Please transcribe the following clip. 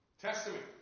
Testament